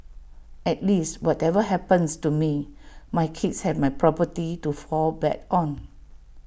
at least whatever happens to me my kids have my property to fall back on